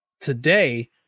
today